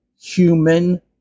human